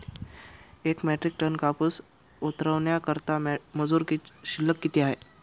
एक metric ton कापूस उतरवण्याकरता मजूर शुल्क किती आहे?